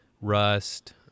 Rust